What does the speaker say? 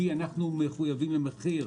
כי אנחנו מחויבים למחיר.